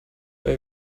bei